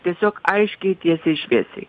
tiesiog aiškiai tiesiai šviesiai